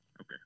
Okay